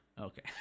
Okay